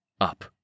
Up